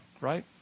Right